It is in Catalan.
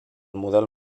model